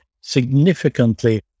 significantly